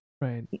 Right